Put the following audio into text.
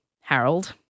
Harold